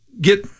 get